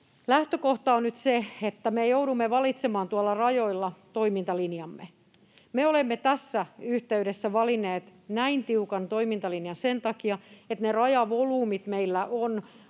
Lähtökohta on nyt se, että me joudumme valitsemaan tuolla rajoilla toimintalinjamme. Me olemme tässä yhteydessä valinneet näin tiukan toimintalinjan sen takia, että ne rajavolyymit meillä on